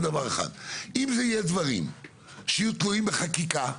אם אלה יהיו דברים שיהיו תלויים בחקיקה,